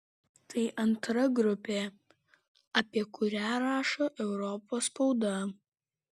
tai antra grupė apie kurią rašo europos spauda